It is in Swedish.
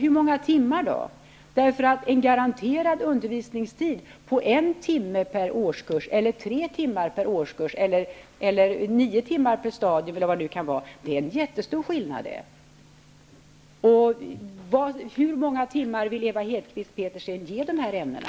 Det är en stor skillnad på en garanterad undervisningstid om 1 timma per årskurs, 3 timmar per årskurs eller 9 timmar per stadium, osv. Hur många timmar vill Ewa Hedkvist Petersen ge dessa ämnen?